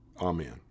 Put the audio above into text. Amen